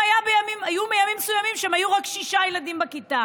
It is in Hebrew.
והיו ימים מסוימים שהם היו רק שישה ילדים בכיתה